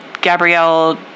Gabrielle